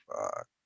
Fuck